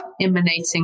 emanating